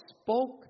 spoke